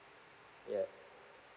yeah